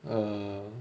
err